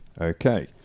Okay